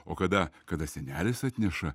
o kada kada senelis atneša